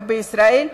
ובישראל,